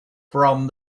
from